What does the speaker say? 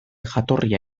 jatorria